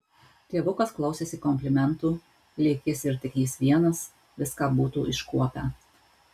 tėvukas klausėsi komplimentų lyg jis ir tik jis vienas viską būtų iškuopę